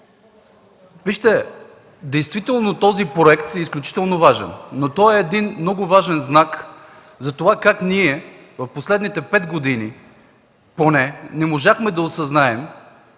Вижте, действително този проект е важен. Той е и един много важен знак за това как ние в последните пет години поне не можахме да осъзнаем,